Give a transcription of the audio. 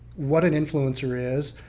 what an influencer is?